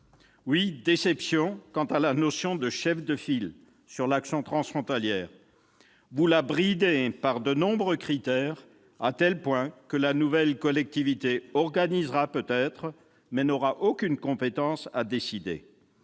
Oui, déception quant à la notion de chef de file à propos de l'action transfrontalière. Vous la bridez par de nombreux critères, à tel point que la nouvelle collectivité organisera peut-être, mais n'aura aucune compétence à décider.